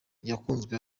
yakunzwe